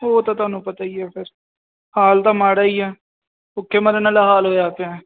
ਉਹ ਤਾਂ ਤੁਹਾਨੂੰ ਪਤਾ ਹੀ ਹੈ ਫਿਰ ਹਾਲ ਤਾਂ ਮਾੜਾ ਹੀ ਆ ਭੁੱਖੇ ਮਰਨ ਵਾਲਾ ਹਾਲ ਹੋਇਆ ਪਿਆ